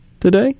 today